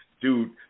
Dude